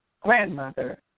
grandmother